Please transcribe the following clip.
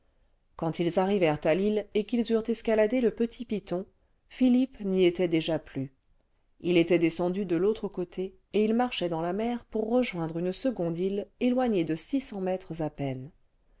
quand ils arrivèrent à l'île et qu'ils eurent escaladé le petit piton philippe n'y était déjà plus il était descendu de l'autre côté et il marchait dans la mer pour rejoindre une seconde île éloignée de six cents mètres à peine